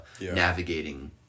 navigating